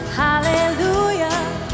hallelujah